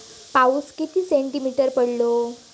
पाऊस किती सेंटीमीटर पडलो?